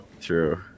True